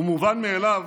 ומובן מאליו